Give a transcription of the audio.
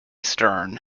stern